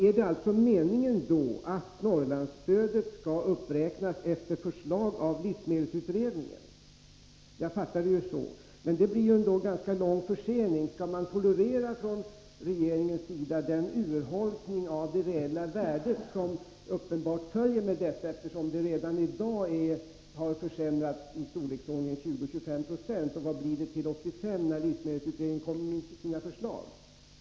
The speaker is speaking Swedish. Är det alltså meningen att Norrlandsstödet skall uppräknas efter förslag av livsmedelsutredningen? Jag fattar det så. Det blir då en Om förstärkning ganska lång försening. Skall regeringen tolerera den urholkning av det reella av prisstödet till det värdet som uppenbart följer med detta? Stödet har redan i dag försämrats norrländska jord med 20-25 26. Vad blir det till 1985, när livsmedelsutredningen kommer med — pruket sina förslag?